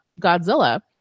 Godzilla